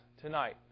tonight